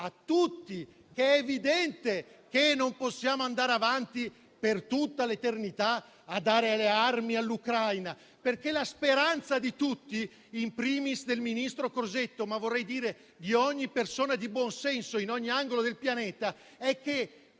a tutti che è evidente che non possiamo andare avanti per l'eternità a dare armi all'Ucraina: perché la speranza di tutti, *in primis* del ministro Crosetto, ma di ogni persona di buon senso, in ogni angolo del pianeta, è che